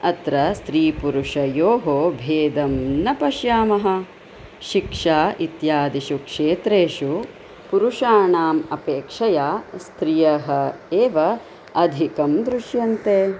अत्र स्त्रीपुरुषयोः भेदं न पश्यामः शिक्षा इत्यादिषु क्षेत्रेषु पुरुषाणाम् अपेक्षया स्त्रियः एव अधिकं दृश्यन्ते